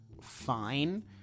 fine